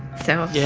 so. yeah